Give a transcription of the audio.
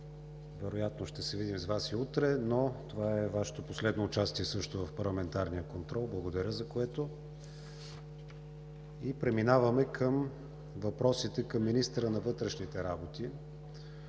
Вероятно ще се видим и утре, но това е Вашето последно участие в парламентарния контрол, за което Ви благодаря. Преминаваме към въпросите към министъра на вътрешните работи